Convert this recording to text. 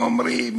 אומרים,